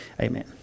Amen